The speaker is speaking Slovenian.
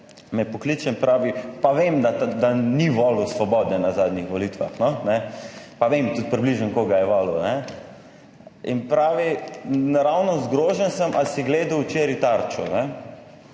me pokliče in pravi, pa vem, da ni volil Svobode na zadnjih volitvah, no, ne, pa vem tudi približno, koga je volil, ne, in pravi, naravnost zgrožen sem, ali si gledal včeraj Tarčo, pa